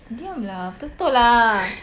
diam lah betul betul lah